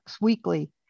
weekly